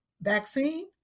vaccine